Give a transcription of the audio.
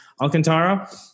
Alcantara